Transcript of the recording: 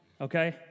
Okay